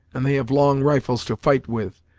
and they have long rifles to fight with.